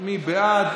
מי בעד?